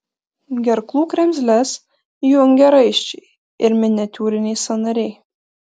gerklų kremzles jungia raiščiai ir miniatiūriniai sąnariai